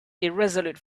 irresolute